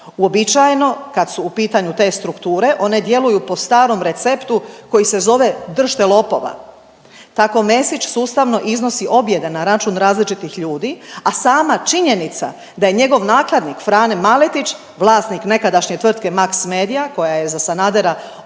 Uobičajeno, kad su u pitanju te strukture one djeluju po starom receptu koji se zove „dršte lopova“. Tako Mesić sustavno iznosi objede na račun različitih ljudi, a sama činjenica da je njegov nakladnik Frane Maletić, vlasnik nekadašnje tvrtke Max Media, koja je za Sanadera obavljala